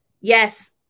Yes